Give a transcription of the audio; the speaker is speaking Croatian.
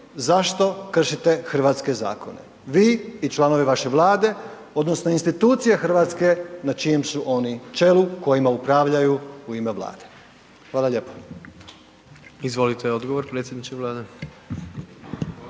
zašto kršite hrvatske zakone, vi i članovi vaše Vlade odnosno institucije Hrvatske na čijem su oni čelu kojima upravljaju u ime Vlade? Hvala lijepo. **Jandroković, Gordan